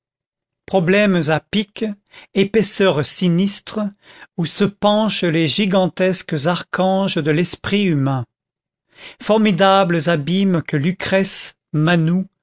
problèmes à pic épaisseurs sinistres où se penchent les gigantesques archanges de l'esprit humain formidables abîmes que lucrèce manou